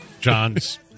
John's